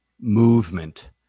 movement